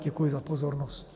Děkuji za pozornost.